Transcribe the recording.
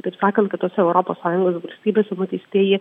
taip sakant kitose europos sąjungos valstybėse nuteistieji